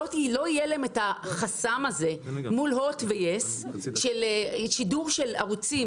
לא יהיה להם החסם הזה מול הוט ויס של שידור ערוצים